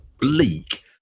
bleak